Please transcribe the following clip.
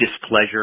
displeasure